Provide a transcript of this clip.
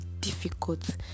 difficult